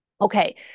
okay